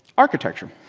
architecture.